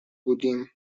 بودیم